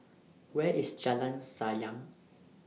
Where IS Jalan Sayang